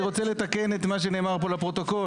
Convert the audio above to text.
אני רוצה לתקן את מה שנאמר פה לפרוטוקול.